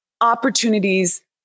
opportunities